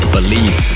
Believe